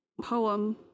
poem